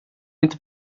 inte